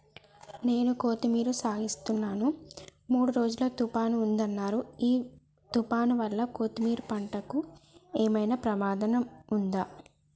నేను కొత్తిమీర సాగుచేస్తున్న మూడు రోజులు తుఫాన్ ఉందన్నరు ఈ తుఫాన్ వల్ల కొత్తిమీర పంటకు ఏమైనా ప్రమాదం ఉందా?